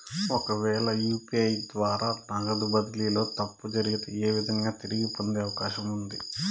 ఒకవేల యు.పి.ఐ ద్వారా నగదు బదిలీలో తప్పు జరిగితే, ఏ విధంగా తిరిగి పొందేకి అవకాశం ఉంది?